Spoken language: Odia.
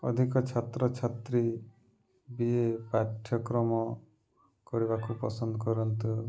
ଅଧିକ ଛାତ୍ରଛାତ୍ରୀ ବିଏ ପାଠ୍ୟକ୍ରମ କରିବାକୁ ପସନ୍ଦ କରନ୍ତୁ